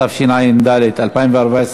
התשע"ד 2014,